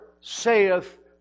saith